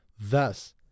Thus